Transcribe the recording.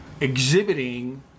exhibiting